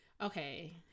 Okay